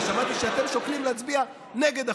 ושמעתי שאתם שוקלים להצביע נגד החוק.